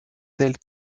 tels